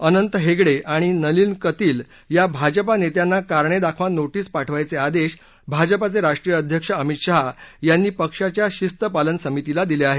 अनंत हेगडे आणि नलीन कतील या भाजपा नेत्यांना कारणे दाखवा नोटीस पाठवण्याचे आदेश भाजपाचे राष्ट्रीय अध्यक्ष अमित शाह यांनी पक्षाच्या शिस्तपालन समितीला दिले आहेत